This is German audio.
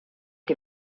die